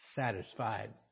satisfied